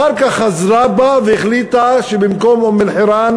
אחר כך חזרה בה והחליטה שבמקום אום-אלחיראן